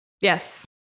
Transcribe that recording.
Yes